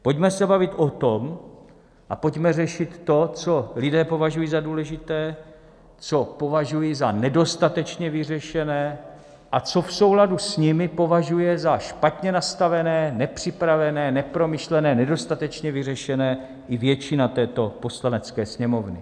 Pojďme se bavit o tom a pojďme řešit to, co lidé považují za důležité, co považují za nedostatečně vyřešené a co v souladu s nimi považuje za špatně nastavené, nepřipravené, nepromyšlené, nedostatečně vyřešené, i většina této Poslanecké sněmovny.